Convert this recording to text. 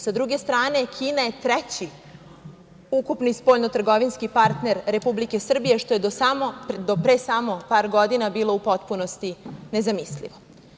Sa druge strane, Kina je treći ukupni spoljnotrgovinski partner Republike Srbije, što je do pre samo par godina bilo u potpunosti nezamislivo.